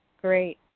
Great